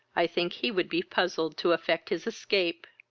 i think he would be puzzled to effect his escape.